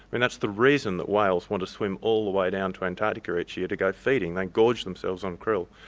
i mean that's the reason that whales want to swim all the way down to antarctica each year to go feeding. they gorge themselves on krill.